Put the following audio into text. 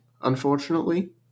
unfortunately